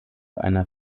einer